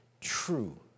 true